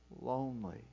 lonely